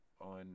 on